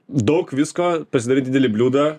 daug visko pasidarai didelį bliūdą